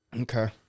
Okay